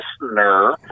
listener